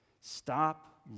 Stop